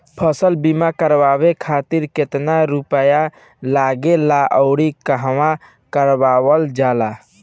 फसल बीमा करावे खातिर केतना रुपया लागेला अउर कहवा करावल जाला?